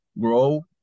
grow